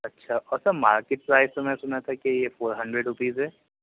اچھا اور sir market price سنا تھا کہ یہ فور ہنڈریڈ روپیز ہے